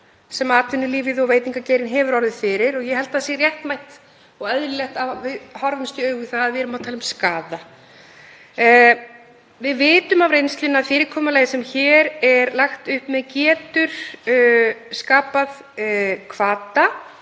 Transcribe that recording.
sem atvinnulífið og veitingageirinn hefur orðið fyrir og ég held að það sé réttmætt og eðlilegt að við horfumst í augu við það að við erum að tala um skaða. Við vitum af reynslunni að fyrirkomulagið sem hér er lagt upp með getur skapað hvata